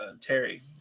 Terry